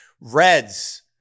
Reds